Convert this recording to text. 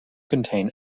contain